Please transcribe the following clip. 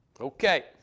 Okay